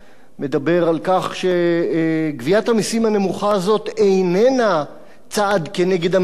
מדבר על כך שגביית המסים הנמוכה הזאת איננה צעד נגד המדינה,